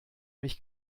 mich